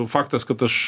faktas kad aš